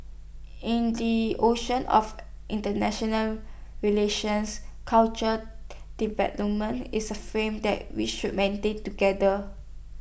in the ocean of International relations cultural development is A flame that we should maintain together